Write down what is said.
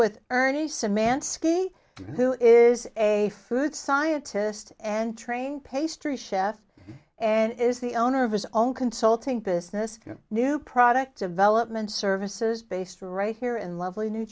with ernie samantha skee who is a good scientist and trained pastry chef and is the owner of his own consulting business new product development services based right here in lovely new